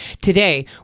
Today